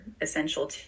essential